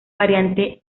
variante